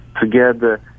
together